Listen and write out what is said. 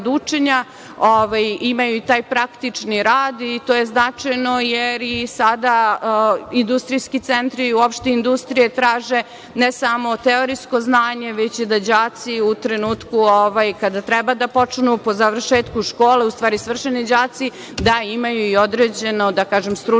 imaju i taj praktični rad. To je značajno jer sada industrijski centri, uopšte industrije traže ne samo teorijsko znanje, već i da đaci u trenutku kada treba da počnu, po završetku škole, u stvari svršeni đaci, da imaju i određenu stručnu